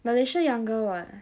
Malaysia younger [what]